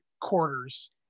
quarters